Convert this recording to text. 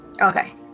Okay